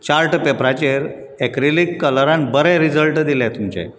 chart पेपराचेर acrylic कलरान बरे रिझल्ट दिले तुमचे